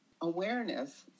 awareness